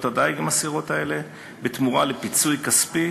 הדיג עם הסירות האלה בתמורה לפיצוי כספי,